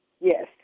yes